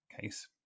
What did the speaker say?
case